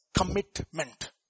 commitment